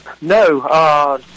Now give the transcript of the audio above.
No